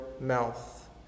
mouth